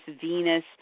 Venus